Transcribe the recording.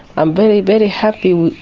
i'm very, very happy.